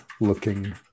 looking